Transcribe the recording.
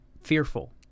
fearful